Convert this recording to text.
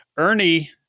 Ernie